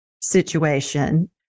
situation